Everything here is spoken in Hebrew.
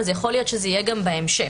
ויכול להיות שזה יהיה גם בהמשך.